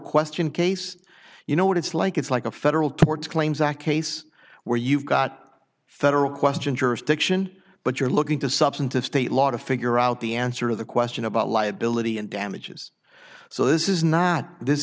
question case you know what it's like it's like a federal tort claims act case where you've got federal question jurisdiction but you're looking to substantive state law to figure out the answer to the question about liability and damages so this is not this